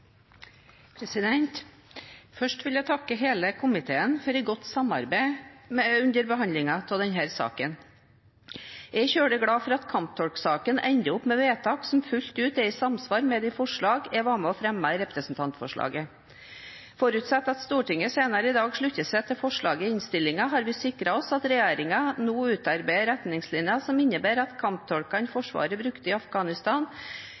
tropper. Først vil jeg takke hele komiteen for et godt samarbeid under behandlingen av denne saken. Jeg er svært glad for at kamptolksaken ender opp med vedtak som fullt ut er i samsvar med de forslag jeg var med på å fremme i representantforslaget. Forutsatt at Stortinget senere i dag slutter seg til forslaget i innstillingen, har vi sikret oss at regjeringen nå utarbeider retningslinjer som innebærer at kamptolkene Forsvaret brukte i Afghanistan,